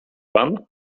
pan